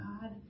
God